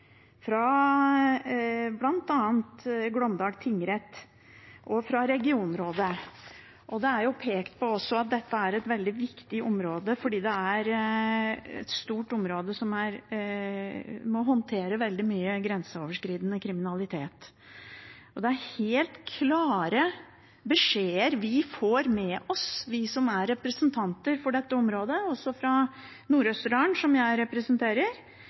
tingrett og fra regionrådet. Det er også pekt på at dette er et veldig viktig område fordi det er et stort område som må håndtere veldig mye grenseoverskridende kriminalitet. Det er helt klare beskjeder vi får med oss, vi som er representanter for dette området, også fra Nord-Østerdalen, som jeg representerer,